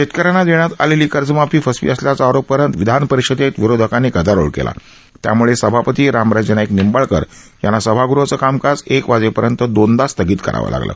शेतकऱ्यांना देण्यात आलेली कर्जमाफी फसवी असल्याचा आरोप करत विधानपरिषदेत विरोधकांनी गदारोळ केला त्यामुळे सभापती रामराजे नाईक निंबाळकर यांना सभागृहाचं कामकाज एक वाजेपर्यंत दोनदा स्थगित करावं लागलं